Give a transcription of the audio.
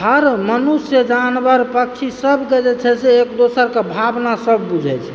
हर मनुष्य जानवर पक्षी सब कऽ जे छै से एक दोसर कऽ भावना सब बुझै छै